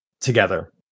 together